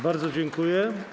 Bardzo dziękuję.